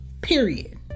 period